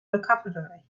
vocabulary